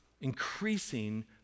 Increasing